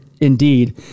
indeed